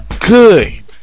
good